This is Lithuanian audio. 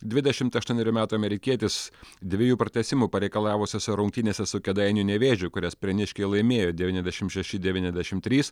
dvidešimt aštuonerių metų amerikietis dviejų pratęsimų pareikalavusiose rungtynėse su kėdainių nevėžiu kurias prieniškiai laimėjo devyniasdešim šeši devyniasdešim trys